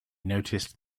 noticed